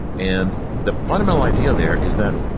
and the fundamental idea there is that